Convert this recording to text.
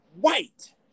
white